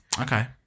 Okay